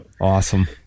awesome